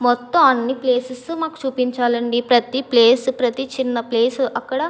మొత్తం అన్ని ప్లేసెస్ మాకు చూపించాలండి ప్రతి ప్లేస్ ప్రతి చిన్న ప్లేస్ అక్కడ